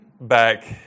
back